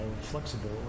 flexible